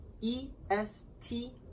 E-S-T